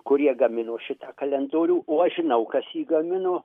kurie gamino šitą kalendorių o aš žinau kas jį gamino